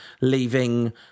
leaving